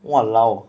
!walao!